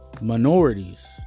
minorities